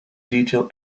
detail